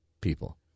people